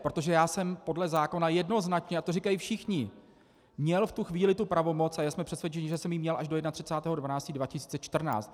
Protože já jsem podle zákona jednoznačně, a to říkají všichni, měl v tu chvíli tu pravomoc, a jsme přesvědčeni, že jsem ji měl až do 31. 12. 2014.